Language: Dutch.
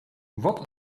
wat